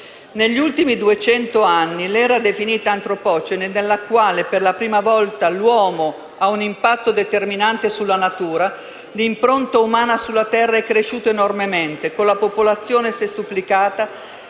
Negli ultimi duecento anni (l'era definita Antropocene, nella quale per la prima volta l'uomo ha un impatto determinante sulla natura) l'impronta umana sulla terra è cresciuta enormemente, con la popolazione sestuplicata,